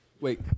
Wait